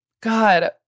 God